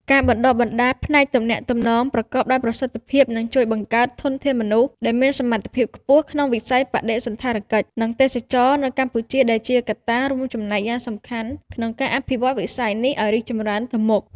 ការបណ្តុះបណ្តាលផ្នែកទំនាក់ទំនងប្រកបដោយប្រសិទ្ធភាពនឹងជួយបង្កើតធនធានមនុស្សដែលមានសមត្ថភាពខ្ពស់ក្នុងវិស័យបដិសណ្ឋារកិច្ច និងទេសចរណ៍នៅកម្ពុជា ដែលជាកត្តារួមចំណែកយ៉ាងសំខាន់ក្នុងការអភិវឌ្ឍវិស័យនេះ ឱ្យរីកចម្រើនទៅមុខ។